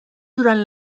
durant